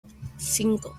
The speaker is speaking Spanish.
cinco